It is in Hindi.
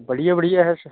बढ़िया बढ़िया है सर